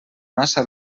massa